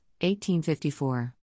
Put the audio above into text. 1854